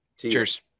cheers